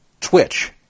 Twitch